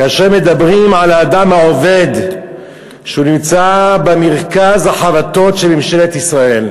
כאשר מדברים על האדם העובד שנמצא במרכז החבטות של ממשלת ישראל,